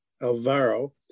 Alvaro